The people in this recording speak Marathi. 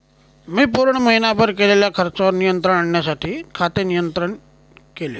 मी पूर्ण महीनाभर केलेल्या खर्चावर नियंत्रण आणण्यासाठी खाते नियंत्रित केले